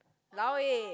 lao eh